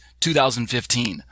2015